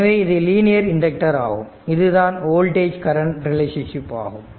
எனவே இது linear inductor ஆகும் இதுதான் வோல்டேஜ் கரண்ட் ரெலேஷன்ஷிப் ஆகும்